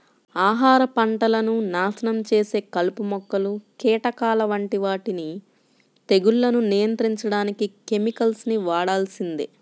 ఆహార పంటలను నాశనం చేసే కలుపు మొక్కలు, కీటకాల వంటి వాటిని తెగుళ్లను నియంత్రించడానికి కెమికల్స్ ని వాడాల్సిందే